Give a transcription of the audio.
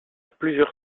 plusieurs